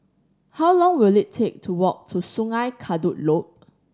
how long will it take to walk to Sungei Kadut Loop